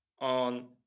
on